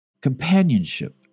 Companionship